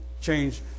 change